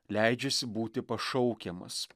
leidžiasi būti pašaukiamas